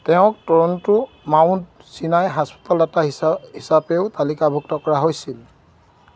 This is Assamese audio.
তেওঁক টৰণ্টোৰ মাউণ্ট ছিনাই হস্পিটালৰ দাতা হিচাপেও তালিকাভুক্ত কৰা হৈছিল